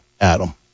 Adam